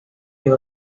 you